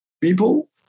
people